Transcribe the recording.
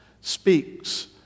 speaks